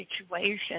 situation